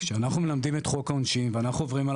כשאנחנו מלמדים את חוק העונשין ואנחנו עוברים על